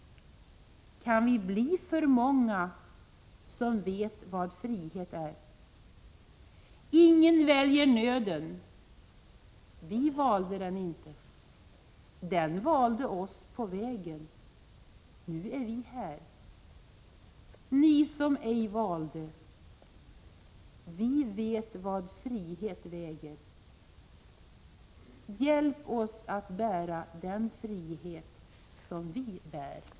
Kan vi bli för många som vet vad frihet är? Ingen väljer nöden. Vi valde den icke. Den valde oss på vägen. Nu är vi här. Ni som ej blev valda! Vi vet vad frihet väger! Hjälp oss att bära den frihet som vi bär!